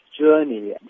journey